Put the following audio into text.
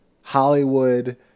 Hollywood